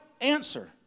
answer